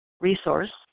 resource